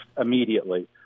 immediately